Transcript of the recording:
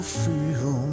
feel